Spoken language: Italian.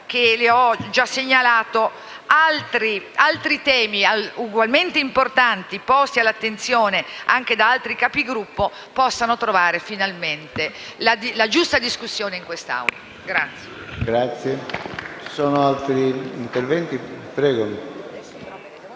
che le ho segnalato, altri temi, ugualmente importanti, posti all'attenzione anche da altri Capigruppo, possano trovare finalmente la giusta discussione in quest'Assemblea.